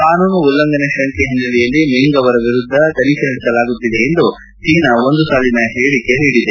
ಕಾನೂನು ಉಲ್ಲಂಘನೆ ಶಂಕೆ ಹಿನ್ನೆಲೆಯಲ್ಲಿ ಮೆಂಗ್ ಅವರ ವಿರುದ್ದ ತನಿಖೆ ನಡೆಸಲಾಗುತ್ತಿದೆ ಎಂದು ಚೀನಾ ಒಂದು ಸಾಲಿನ ಹೇಳಿಕೆ ನೀಡಿದೆ